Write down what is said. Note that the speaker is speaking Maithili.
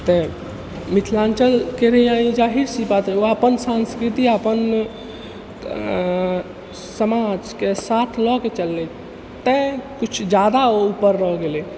तऽ मिथिलाञ्चलके रहै ई जाहिर सी बात ओ अपन संस्कृति अपन समाजके साथ लऽ के चलले तैँ किछु ज्यादा ओ ऊपर हो गेलै